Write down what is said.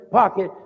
pocket